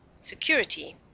security